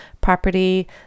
property